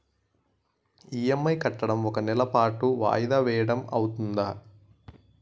EMI కట్టడం ఒక నెల పాటు వాయిదా వేయటం అవ్తుందా?